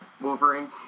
Wolverine